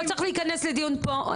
לא צריך להיכנס לדיון פה.